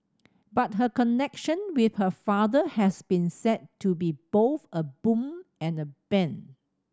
but her connection with her father has been said to be both a boon and a bane